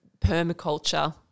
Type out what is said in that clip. permaculture